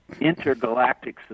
intergalactic